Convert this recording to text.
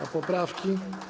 A poprawki?